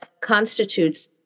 constitutes